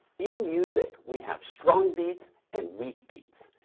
in music, we have strong beats and weak beats.